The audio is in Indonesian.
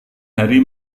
hari